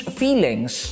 feelings